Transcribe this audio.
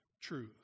truth